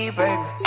baby